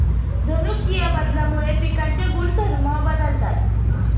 जनुकीय बदलामुळे पिकांचे गुणधर्म बदलतात